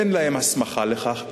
אין להם הסמכה לכך,